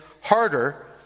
harder